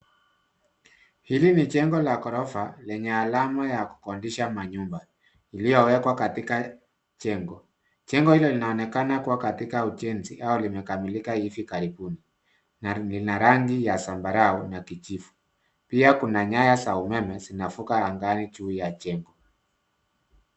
Hili ni jengo la ghorofa lenye alama ya kukodisha manyumba iliyowekwa katika jengo. Jengo hilo linaonekana kuwa katika ujenzi au limekamilika hivi karibuni na lina rangi ya zambarau na kijivu pia kuna nyaya za umeme zinavuka angani juu ya jengo.